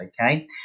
okay